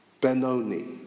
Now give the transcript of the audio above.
Benoni